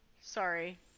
Sorry